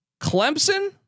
Clemson